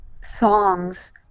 songs